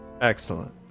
Excellent